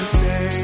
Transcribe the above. say